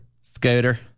scooter